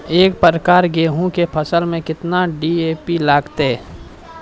एक एकरऽ गेहूँ के फसल मे केतना डी.ए.पी लगतै?